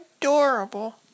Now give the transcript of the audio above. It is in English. adorable